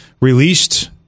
released